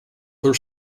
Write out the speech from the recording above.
for